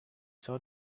saw